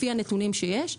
לפי הנתונים שיש.